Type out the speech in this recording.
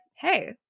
Hey